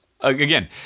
Again